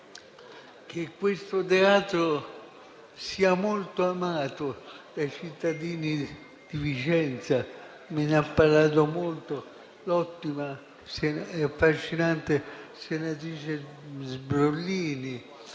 che questo teatro sia molto amato dai cittadini di Vicenza. Me ne hanno parlato molto l'ottima senatrice Sbrollini